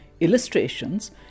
illustrations